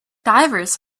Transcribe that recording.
divers